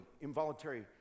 involuntary